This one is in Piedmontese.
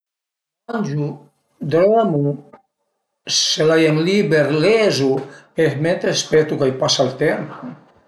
Mangiu, dörmu, se l'ai ël liber lezu e mentre spetu ch'a i pasa ël temp